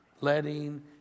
letting